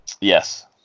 Yes